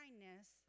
kindness